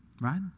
Right